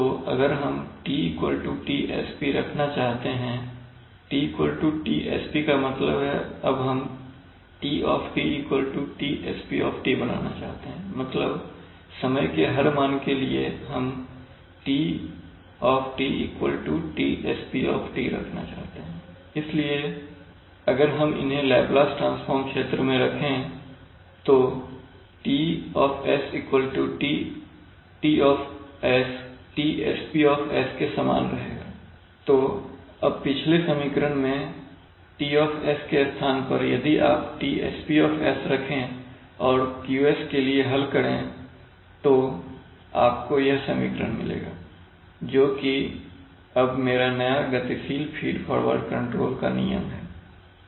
तो अगर हम TTsp रखना चाहते हैं T Tsp का मतलब है अब हम T Tsp बनाना चाहते हैं मतलब समय के हर मान के लिए हम T Tsp रखना चाहते हैं इसलिए अगर हम इन्हें लेप्लास ट्रांसफार्म क्षेत्र में रखे हैं तो T Tsp के समान रहेगा तो अब पिछले समीकरण में T के स्थान पर यदि आप Tsp रखें और Q के लिए हल करें तो आपको यह समीकरण मिलेगा जो कि अब मेरा नया गतिशील फीड फॉरवर्ड कंट्रोल का नियम है